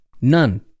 None